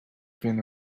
been